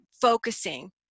focusing